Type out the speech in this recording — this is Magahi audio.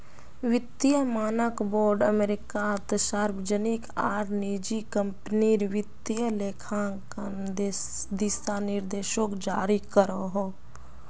वित्तिय मानक बोर्ड अमेरिकात सार्वजनिक आर निजी क्म्पनीर वित्तिय लेखांकन दिशा निर्देशोक जारी करोहो